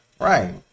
Right